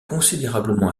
considérablement